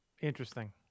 Interesting